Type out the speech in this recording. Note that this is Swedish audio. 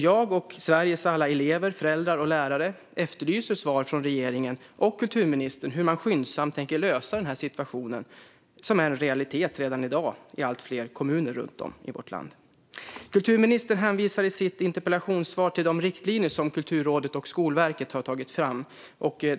Jag och Sveriges alla elever, föräldrar och lärare efterlyser alltså svar från regeringen och kulturministern om hur man skyndsamt tänker lösa denna situation, som är en realitet redan i dag i allt fler kommuner runt om i vårt land. Kulturministern hänvisar i sitt interpellationssvar till de riktlinjer som Kulturrådet och Skolverket har tagit fram.